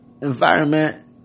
environment